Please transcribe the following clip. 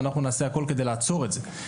ואנחנו נעשה הכול כדי לעצור את זה.